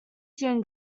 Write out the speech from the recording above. soon